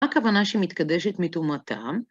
מה הכוונה שמתקדשת מטומאתם?